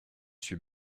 suis